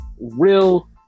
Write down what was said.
real